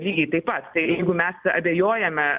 lygiai taip pat tai jeigu mes abejojame